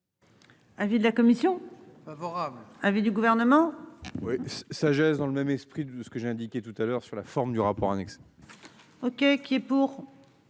Avis de la commission favorable avis du gouvernement. Sagesse dans le même esprit de ce que j'ai indiqué tout à l'heure sur la forme du rapport annexe. OK. Qui est pour.